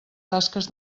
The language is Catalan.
tasques